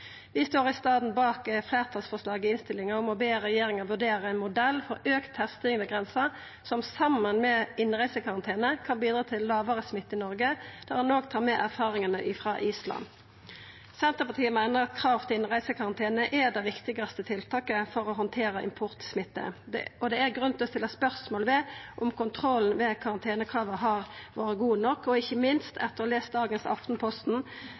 Vi står i staden bak fleirtalsforslaget i innstillinga, om å be regjeringa vurdera ein modell for auka testing ved grensa, som saman med innreisekarantene kan bidra til lågare smitte i Noreg, der ein òg tar med erfaringane ifrå Island. Senterpartiet meiner at krav til innreisekarantene er det viktigaste tiltaket for å handtera importsmitte. Det er grunn til å stilla spørsmål ved om kontrollen med karantenekravet har vore god nok, og ikkje minst, etter å ha lese i dagens